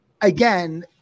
again